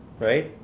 right